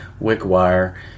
Wickwire